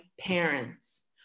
parents